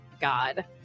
God